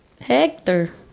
Hector